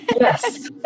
yes